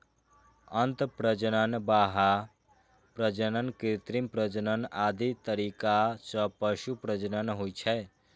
अंतः प्रजनन, बाह्य प्रजनन, कृत्रिम प्रजनन आदि तरीका सं पशु प्रजनन होइ छै